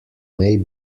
may